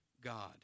God